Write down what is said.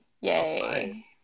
Yay